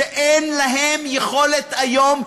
שאין להם יכולת היום,